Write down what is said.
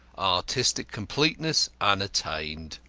artistic completeness unattained.